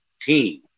team